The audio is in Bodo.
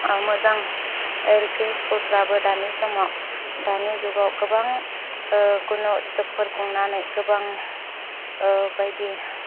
मोजां एल पि स्कुलफोराबो दानि समाव दानि जुगाव गोबां गुन'त्सबफोर खुंनानै गोबां बायदि